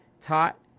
taught